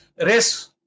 race